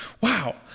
Wow